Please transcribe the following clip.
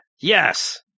Yes